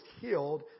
healed